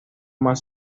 más